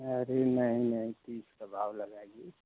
अरे नहीं नहीं तीस का भाव लगाइए